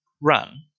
run